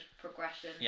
progression